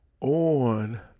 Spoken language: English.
on